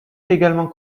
également